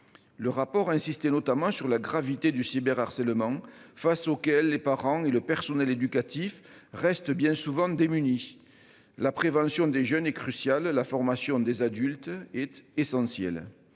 Le rapport, insisté notamment sur la gravité du cyber harcèlement face auquel les parents et le personnel éducatif reste bien souvent démunis, la prévention des jeunes est cruciale, la formation des adultes et essentiel.